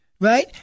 right